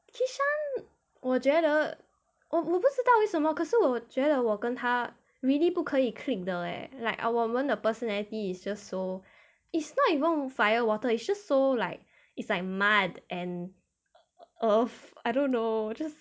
kishan 我觉得我我不知道为什么可是我觉得我跟他 really 不可以 click 的 leh like our 我们的 personality is just so it's not even fire water it's just so like it's like mud and earth I don't know just